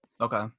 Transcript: Okay